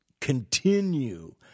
continue